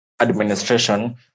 administration